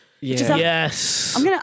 Yes